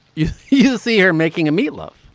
you you see her making a meatloaf.